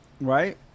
Right